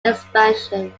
expansion